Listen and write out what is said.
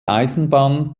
eisenbahn